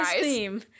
theme